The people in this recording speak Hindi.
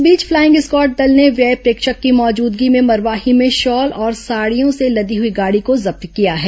इस बीच फलाइंग स्क्वॉड दल ने व्यय प्रेक्षक की मौजूदगी में मरवाही में शॉल और साड़ियों से लदी हुई गाड़ी को जब्त किया है